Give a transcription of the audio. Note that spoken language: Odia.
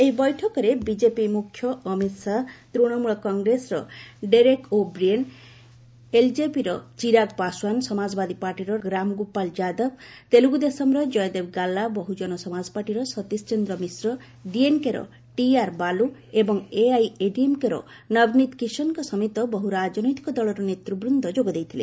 ଏହି ବୈଠକରେ ବିଜେପି ମୁଖ୍ୟ Amit Shah Trinamool Congress Derek O'Brien ଏଲଜେପିର ଚିରାଗ୍ ପାଶୱାନ୍ ସମାଜବାଦୀ ପାର୍ଟିର ରାମଗୋପାଳ ଯାଦବ ତେଲୁଗୁଦେଶମ୍ର ଜୟଦେବ ଗାଲ୍ଲା ବହୁଜନ ସମାଜପାର୍ଟିର ସତୀଶଚନ୍ଦ୍ର ମିଶ୍ର ଡିଏନ୍କେ ଟିଆର ବାଲୁ ଏବଂ ଏଆଇଏଡିଏମ୍କେର ନବନୀତ କିଶନ୍ଙ୍କ ସମେତ ବହୁ ରାଜନୈତିକ ଦଳର ନେତୃବୃନ୍ଦ ଯୋଗଦେଇଥିଲେ